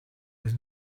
was